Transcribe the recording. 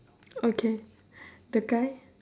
okay the guy